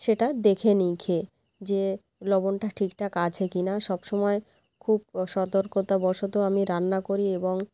সেটা দেখে নিই খেয়ে যে লবণটা ঠিকঠাক আছে কিনা সব সময় খুব সতর্কতাবশত আমি রান্না করি এবং